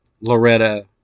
Loretta